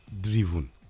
driven